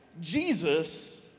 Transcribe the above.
Jesus